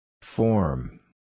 Form